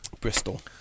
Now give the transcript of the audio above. Bristol